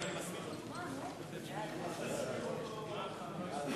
התשס”ט 2009, לוועדת החוקה,